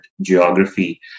geography